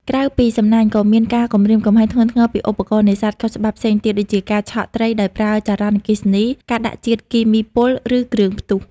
ក្រៅពីសំណាញ់ ក៏មានការគំរាមកំហែងធ្ងន់ធ្ងរពីឧបករណ៍នេសាទខុសច្បាប់ផ្សេងទៀត ដូចជាការឆក់ត្រីដោយប្រើចរន្តអគ្គិសនី ការដាក់ជាតិគីមីពុល ឬគ្រឿងផ្ទុះ។